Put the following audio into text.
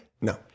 No